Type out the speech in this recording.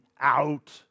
out